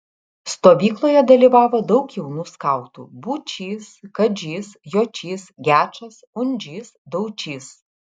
stovykloje dalyvavo daug jaunų skautų būčys kadžys jočys gečas undžys daučys